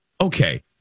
Okay